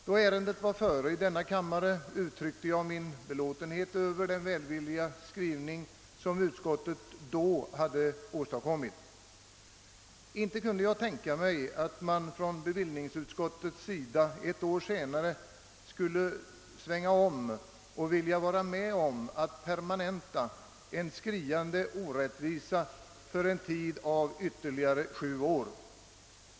När ärendet var före i denna kammare, uttryckte jag min belåtenhet över den välvilliga skrivning utskottet då hade åstadkommit. Inte kunde jag tänka mig att man från bevillningsutskottets sida ett år senare skulle svänga om och vilja vara med om att permanenta en skriande orättvisa för en tid av ytterligare sju år.